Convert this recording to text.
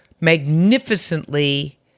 magnificently